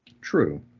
True